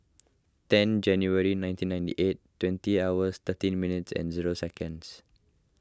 ten January nineteen ninety eight twenty hours thirteen minutes and zero seconds